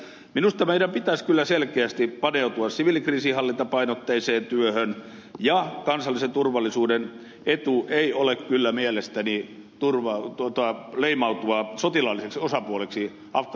minusta meidän pitäisi kyllä selkeästi paneutua siviilikriisinhallintapainotteiseen työhön ja kansallisen turvallisuuden etu ei ole kyllä mielestäni leimautua sotilaalliseksi osapuoleksi afganistanin tilanne huomioon ottaen